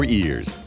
ears